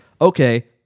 Okay